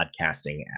podcasting